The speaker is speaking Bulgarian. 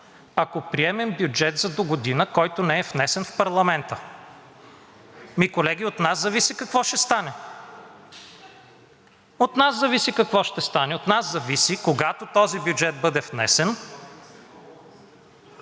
ако приемем бюджет за догодина, който не е внесен в парламента? Ами, колеги, от нас зависи какво ще стане, от нас зависи какво ще стане. От нас зависи, когато този бюджет бъде внесен,